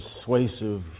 Persuasive